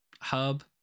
hub